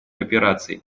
операций